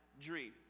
dream